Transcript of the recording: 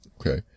Okay